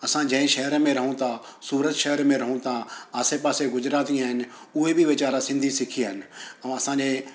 असां जंहिं शहर में रहूं था सूरत शहर में रहूं था आसे पासे गुजराती आहिनि उहे बि वीचारा सिंधी सिखी विया आहिनि ऐं असांजे